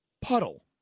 puddle